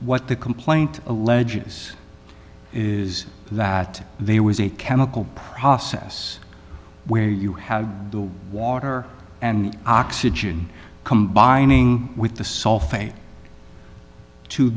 what the complaint alleges is that there was a chemical process where you had water and oxygen combining with the sulfate to